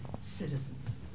citizens